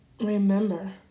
remember